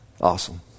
Awesome